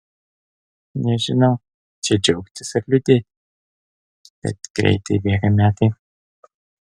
nežinau čia džiaugtis ar liūdėti bet greitai bėga metai